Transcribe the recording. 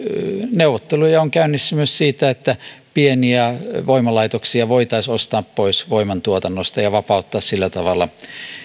neuvotteluja on käynnissä myös siitä että pieniä voimalaitoksia voitaisiin ostaa pois voimantuotannosta ja vapauttaa sillä tavalla